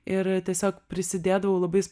ir tiesiog prisidėdavau labais